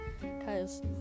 cause